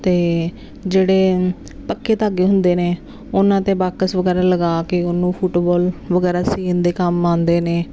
ਅਤੇ ਜਿਹੜੇ ਪੱਕੇ ਧਾਗੇ ਹੁੰਦੇ ਨੇ ਉਹਨਾਂ 'ਤੇ ਬਾਕਸ ਵਗੈਰਾ ਲਗਾ ਕੇ ਉਹਨੂੰ ਫੁਟਬਾਲ ਵਗੈਰਾ ਸੀਨ ਦੇ ਕੰਮ ਆਉਂਦੇ ਨੇ